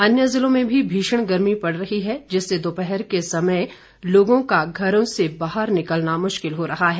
अन्य निचले ज़िलों में भी भीषण गर्मी पड़ रही है जिससे दोपहर के समय लोगों को घरों से बाहर निकलना मुश्किल हो रहा है